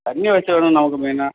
தண்ணி வெச்சுருணும் நமக்கு மெயினாக